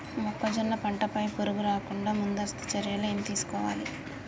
మొక్కజొన్న పంట పై పురుగు రాకుండా ముందస్తు చర్యలు ఏం తీసుకోవాలి?